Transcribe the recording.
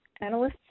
analysts